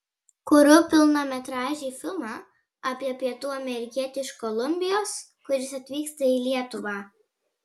kuriu pilnametražį filmą apie pietų amerikietį iš kolumbijos kuris atvyksta į lietuvą